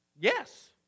yes